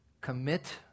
commit